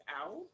out